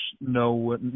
no